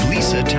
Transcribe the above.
Lisa